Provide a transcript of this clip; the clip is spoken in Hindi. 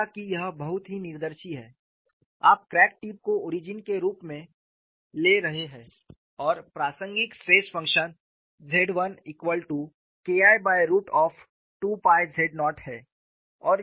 हालांकि यह बहुत ही निदर्शी है आप क्रैक टिप को ओरिजिन के रूप में ले रहे हैं और प्रासंगिक stress function Z 1 equal to K I by root of 2 pi z naught है